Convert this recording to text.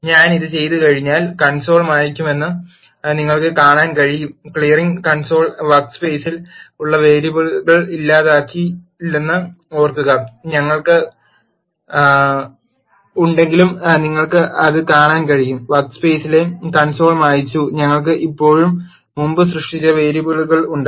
ഞാൻ ഇത് ചെയ്തുകഴിഞ്ഞാൽ കൺസോൾ മായ് ക്കുമെന്ന് നിങ്ങൾക്ക് കാണാൻ കഴിയും ക്ലിയറിംഗ് കൺസോൾ വർക്ക് സ് പെയ് സിൽ ഉള്ള വേരിയബിളുകൾ ഇല്ലാതാക്കില്ലെന്ന് ഓർക്കുക ഞങ്ങൾക്ക് ഉണ്ടെങ്കിലും നിങ്ങൾക്ക് അത് കാണാൻ കഴിയും വർക്ക് സ് പെയ് സിലെ കൺസോൾ മായ് ച്ചു ഞങ്ങൾക്ക് ഇപ്പോഴും മുമ്പ് സൃഷ്ടിച്ച വേരിയബിളുകൾ ഉണ്ട്